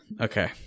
Okay